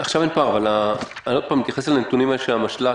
עכשיו אין פער אבל אני מתייחס לנתונים של המשל"ט,